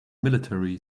military